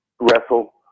wrestle